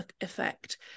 effect